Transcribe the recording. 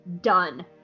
done